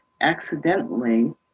accidentally